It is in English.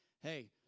Hey